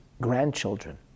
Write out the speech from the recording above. grandchildren